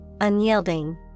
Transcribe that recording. unyielding